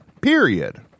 period